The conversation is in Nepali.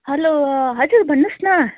हेलो हजुर भन्नुहोस् न